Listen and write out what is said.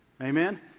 Amen